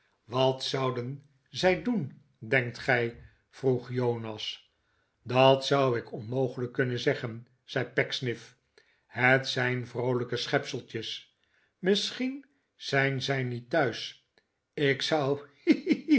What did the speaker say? wat zouden zij doen denkt gij vroeg jonas dat zou ik onmogelijk kunnen zeggen zei pecksniff het zijn vroolijke schepseltjes misschien zijn zij niet thuis ik zou